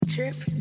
trip